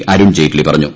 അരുൺ ജയ്റ്റലി പറഞ്ഞു